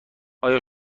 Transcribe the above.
آیا